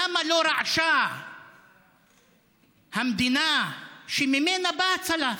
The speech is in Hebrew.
למה לא רעשה המדינה שממנה בא הצלף?